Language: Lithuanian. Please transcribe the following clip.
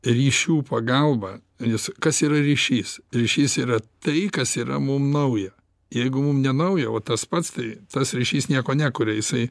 ryšių pagalba nes kas yra ryšys ryšys yra tai kas yra mum nauja jeigu mum ne nauja o tas pats tai tas ryšys nieko nekuria jisai